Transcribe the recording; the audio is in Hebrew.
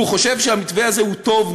והוא חושב שהמתווה הזה הוא טוב,